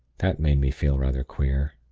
that made me feel rather queer.